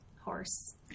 horse